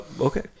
Okay